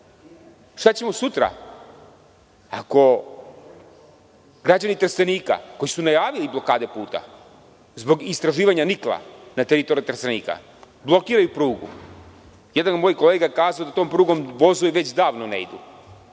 šta ćemo sutra ako građani Trstenika koji su najavili blokade puta zbog istraživanja nikla na teritoriji Trstenika, blokiraju prugu. Jedan od mojih kolega je kazao da tom prugom vozovi već davno ne idu.